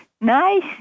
nice